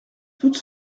toute